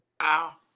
Wow